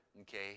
Okay